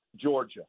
Georgia